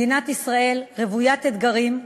מדינת ישראל רוויית אתגרים,